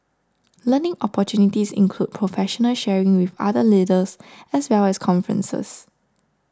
learning opportunities include professional sharing with other leaders as well as conferences